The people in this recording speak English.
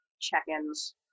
check-ins